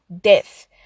death